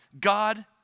God